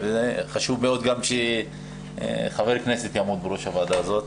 חשוב מאוד שגם חבר כנסת יעמוד בראש הוועדה הזאת.